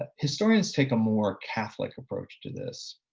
ah historians take a more catholic approach to this.